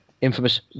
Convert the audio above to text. infamous